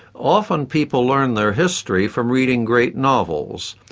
often people learn their history from reading great novels,